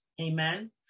Amen